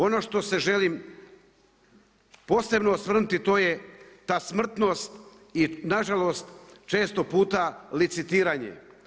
Ono što se želim posebno osvrnuti, to je ta smrtnost i nažalost često puta licitiranje.